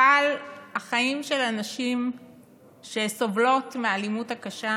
אבל החיים של הנשים שסובלות מהאלימות הקשה,